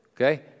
Okay